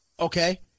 Okay